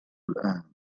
الآن